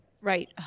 Right